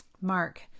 Mark